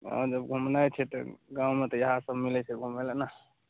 हाँ जब घुमनाइ छै तब गाँवमे तऽ इहए सभ मिलैत छै घुमै लऽ ने